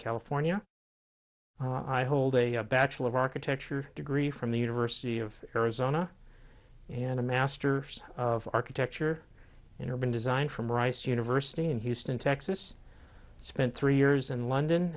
california i hold a bachelor of architecture degree from the university of arizona and a master of architecture in urban design from rice university in houston texas spent three years in london